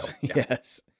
Yes